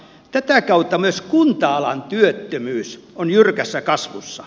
tätä kautta myös kunta alan työttömyys on jyrkässä kasvussa